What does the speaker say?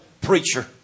preacher